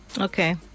Okay